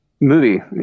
movie